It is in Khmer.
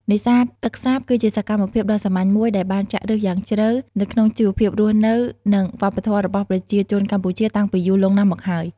នេសាទទឹកសាបគឺជាសកម្មភាពដ៏សំខាន់មួយដែលបានចាក់ឫសយ៉ាងជ្រៅនៅក្នុងជីវភាពរស់នៅ និងវប្បធម៌របស់ប្រជាជនកម្ពុជាតាំងពីយូរលង់ណាស់មកហើយ។